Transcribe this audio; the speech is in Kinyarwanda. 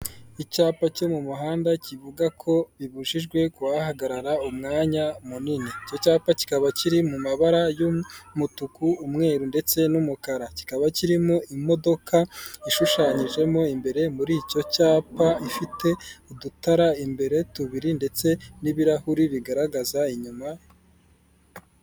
Icyapa cyo mu muhanda kivuga ko bibujijwe kuhahagarara umwanya munini, icyo cyapa kikaba kiri mu mabara y'umutuku umweru ndetse n'umukara kikaba kirimo imodoka ishushanyijemo imbere muri icyo cyapa ifite udutara imbere tubiri ndetse n'ibirahuri bigaragaza inyuma...